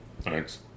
Thanks